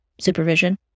supervision